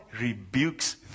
rebukes